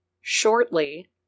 shortly